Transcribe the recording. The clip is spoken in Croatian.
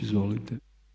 Izvolite.